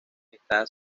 está